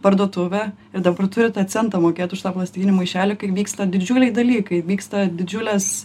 parduotuvę ir dabar turi tą centą mokėti už tą plastikinį maišelį kaip vyksta didžiuliai dalykai vyksta didžiulės